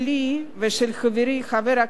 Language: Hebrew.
חבר הכנסת מיכאל בן-ארי,